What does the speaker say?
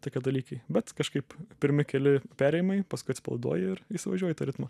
tokie dalykai bet kažkaip pirmi keli perėjimai paskui atsipalaiduoji ir įsivažiuoji į tą ritmą